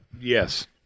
Yes